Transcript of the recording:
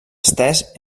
estès